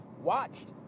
watched